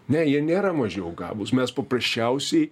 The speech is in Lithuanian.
ne jie nėra mažiau gabūs mes paprasčiausiai